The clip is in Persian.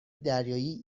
دریایی